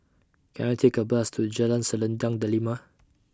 Can I Take A Bus to Jalan Selendang Delima